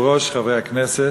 חבר הכנסת